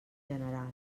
general